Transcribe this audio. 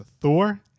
Thor